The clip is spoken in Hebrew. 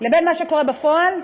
לבין מה שקורה בפועל,